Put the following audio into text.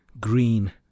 green